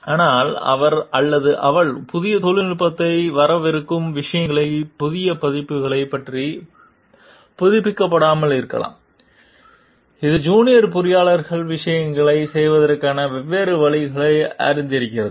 ஆனால் அவர் அல்லது அவள் புதிய தொழில்நுட்பங்கள் வரவிருக்கும் விஷயங்களின் புதிய பதிப்புகளைப் பற்றி புதுப்பிக்கப்படாமல் இருக்கலாம் இது ஜூனியர் பொறியாளர் விஷயங்களைச் செய்வதற்கான வெவ்வேறு வழிகளை அறிந்திருக்கிறது